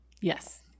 Yes